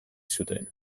zuten